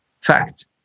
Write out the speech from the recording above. fact